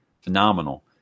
Phenomenal